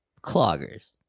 cloggers